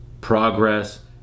progress